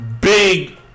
big